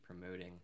promoting